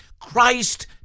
Christ